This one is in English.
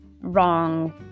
wrong